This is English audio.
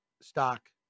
stock